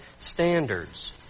standards